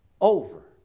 Over